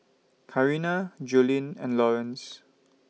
Carina Jolene and Lawrence